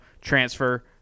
transfer